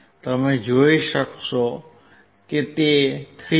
તમે જોઈ શકો છો કે તે 3